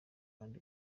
kandi